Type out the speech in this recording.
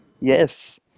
Yes